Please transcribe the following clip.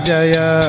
Jaya